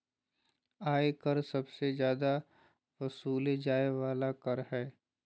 आय कर सबसे जादे वसूलल जाय वाला कर हय